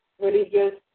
religious